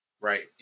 Right